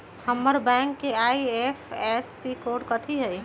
हमर बैंक के IFSC code कथि हई?